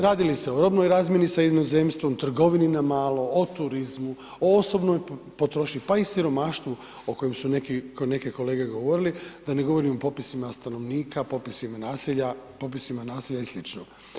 Radi li se o robnoj razmijeni sa inozemstvom, trgovini na malo, o turizmu, o osobnoj potrošnji, pa i siromaštvu o kojem su neki, neke kolege govorili, da ne govorim o popisima stanovnika, popisima naselja, popisima naselja i slično.